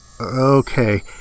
Okay